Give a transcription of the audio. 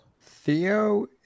Theo